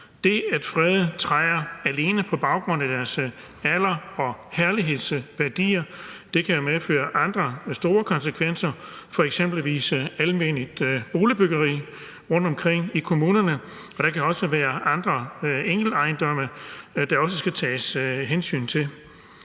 Det at frede træer alene på baggrund af deres alder og deres herlighedsværdi kan medføre andre store konsekvenser, f.eks. i forhold til almennyttigt boligbyggeri rundtomkring i kommunerne, og der kan også være andre enkeltejendomme, som der også skal tages hensyn til.